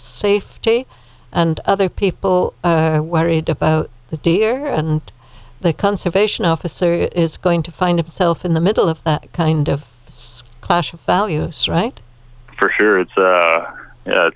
safety and other people worried about the day here and the conservation officer is going to find itself in the middle of that kind of clash of values right for sure it's